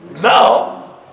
No